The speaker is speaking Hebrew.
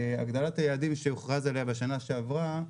הגדלת היעדים שהוכרז עליהם בשנה שעברה,